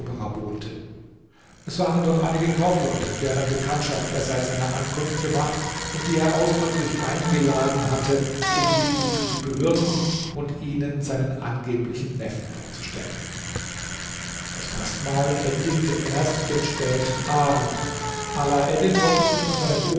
es waren dort einige kaufleute deren bekanntschaft er seit seiner ankunft gemacht und die er ausdrücklich eingeladen hatte um sie gut zu bewirten und ihnen seinen angeblichen neffen vorzustellen das gastmahl endigte erst den späten abend alaeddin wollte sich von seinem